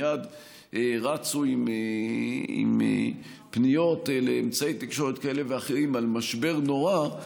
מייד רצו עם פניות לאמצעי תקשורת כאלה ואחרים על משבר נורא.